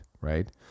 right